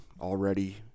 already